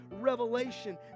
revelation